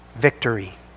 victory